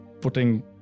putting